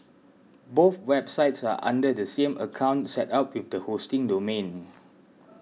both websites are under the same account set up with the hosting domain